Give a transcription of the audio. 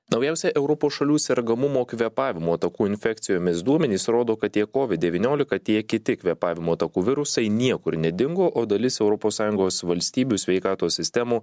naujausi europos šalių sergamumo kvėpavimo takų infekcijomis duomenys rodo kad tiek kovid devyniolika tie kiti kvėpavimo takų virusai niekur nedingo o dalis europos sąjungos valstybių sveikatos sistemų